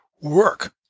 work